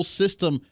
system